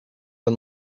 las